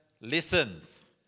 listens